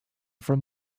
from